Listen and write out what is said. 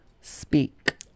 speak